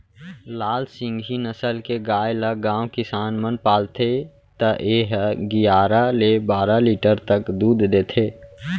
लाल सिंघी नसल के गाय ल गॉँव किसान मन पालथे त ए ह गियारा ले बारा लीटर तक दूद देथे